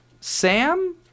Sam